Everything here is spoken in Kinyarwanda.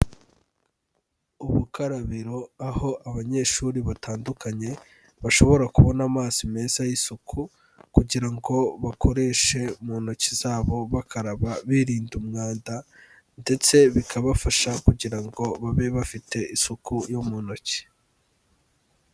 Ubukarabiro aho abanyeshuri batandukanye bashobora kubona amazi meza y'isuku kugira ngo bakoreshe mu ntoki zabo bakaraba, birinda umwanda ndetse bikabafasha kugira ngo babe bafite isuku yo mu ntoki.